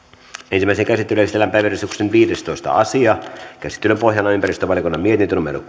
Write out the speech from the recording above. ensimmäiseen käsittelyyn esitellään päiväjärjestyksen viidestoista asia käsittelyn pohjana on ympäristövaliokunnan mietintö